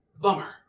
Bummer